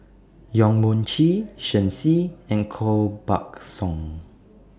Yong Mun Chee Shen Xi and Koh Buck Song